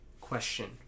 question